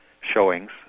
showings